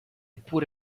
pure